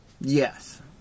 Yes